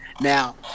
Now